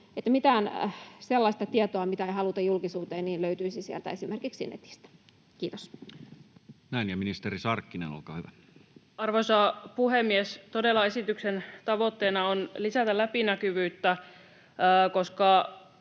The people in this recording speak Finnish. mitään sellaista tietoa, mitä ei haluta julkisuuteen, ei löytyisi esimerkiksi netistä? — Kiitos. Näin. — Ministeri Sarkkinen, olkaa hyvä. Arvoisa puhemies! Todella esityksen tavoitteena on lisätä läpinäkyvyyttä, koska